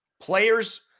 Players